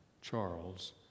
Charles